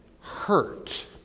hurt